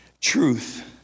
truth